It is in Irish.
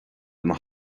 lena